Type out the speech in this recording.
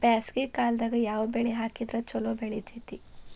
ಬ್ಯಾಸಗಿ ಕಾಲದಾಗ ಯಾವ ಬೆಳಿ ಹಾಕಿದ್ರ ಛಲೋ ಬೆಳಿತೇತಿ?